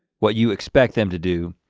what you expect them to do,